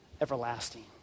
everlasting